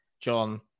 John